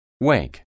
Wake